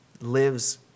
lives